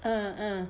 uh uh